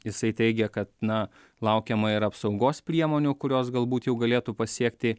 jisai teigė kad na laukiama ir apsaugos priemonių kurios galbūt jau galėtų pasiekti